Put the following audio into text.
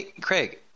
Craig